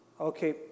Okay